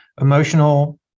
emotional